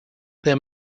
there